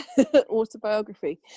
autobiography